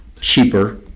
cheaper